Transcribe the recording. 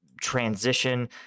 transition